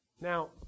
Now